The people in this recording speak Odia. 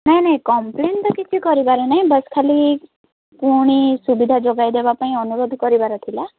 ନାଇଁ ନାଇଁ କମ୍ପ୍ଲେନ୍ ତ କିଛି କରିବାର ନାହିଁ ବାସ୍ ଖାଲି ପୁଣି ସୁବିଧା ଯୋଗାଇଦେବା ପାଇଁ ଅନୁରୋଧ କରିବାର ଥିଲା